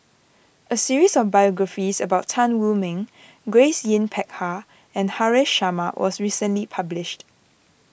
a series of biographies about Tan Wu Meng Grace Yin Peck Ha and Haresh Sharma was recently published